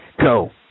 Go